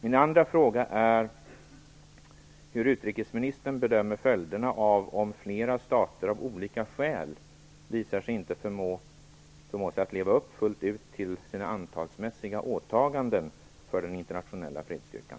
Min andra fråga är: Hur bedömer utrikesministern följderna av om flera stater av olika skäl visar sig inte förmå att fullt ut leva upp till sina antalsmässiga åtaganden för den internationella fredsstyrkan?